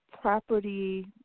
property